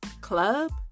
club